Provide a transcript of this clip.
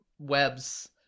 webs